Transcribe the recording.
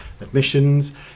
admissions